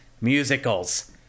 musicals